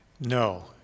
No